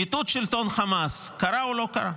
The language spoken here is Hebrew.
מיטוט שלטון חמאס, קרה או לא קרה?